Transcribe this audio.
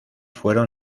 fueron